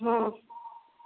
ହଁ